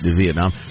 Vietnam